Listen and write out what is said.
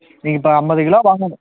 நீங்கள் இப்போ ஐம்பது கிலோ வாங்கணும்